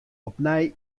opnij